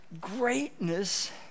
Greatness